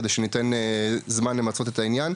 כדי שניתן זמן למצות את העניין.